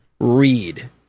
read